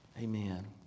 Amen